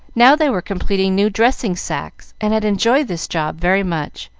now they were completing new dressing sacks, and had enjoyed this job very much,